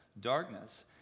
darkness